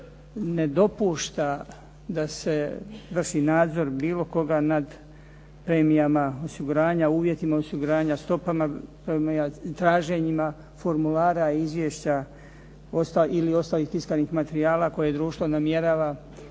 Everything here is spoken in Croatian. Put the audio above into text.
ne dopušta da se vrši nadzor bilo koga nad premijama osiguranja, uvjetima osiguranja, stopama, traženjima formulara i izvješća i ostalih tiskanih materijala koje društvo namjerava